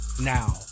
now